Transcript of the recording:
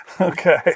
Okay